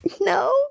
No